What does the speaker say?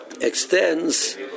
extends